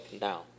now